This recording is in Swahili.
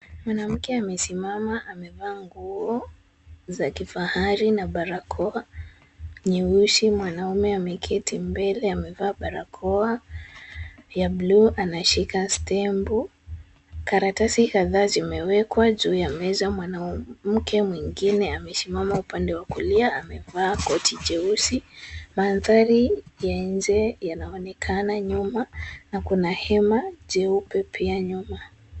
Mwanamke amesimama. Amevaa nguo za kifahari na barakoa nyeusi. Mwanaume ameketi mbele amevaa barakoa ya blue . Anashika tembo. Karatasi kadhaa zimewekwa juu ya meza. Mwanamke mwingine amesimama upande wa kulia. Amevaa koti jeusi. Mandhari ya nje yanaonekana nyuma na kuna hema jeupe pia nyuma.